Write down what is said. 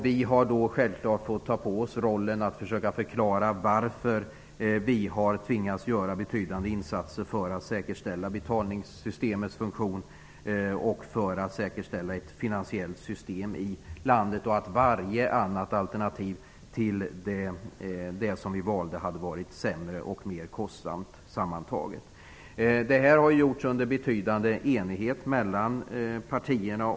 Vi har självklart fått ta på oss rollen att försöka förklara varför vi har tvingats göra betydande insatser för att säkerställa betalningssystemets funktion och för att säkerställa ett finansiellt system i landet och att varje annat alternativ till detta hade varit sämre och mer kostsamt. Detta har gjorts under stor enighet mellan partierna.